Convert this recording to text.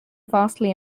vastly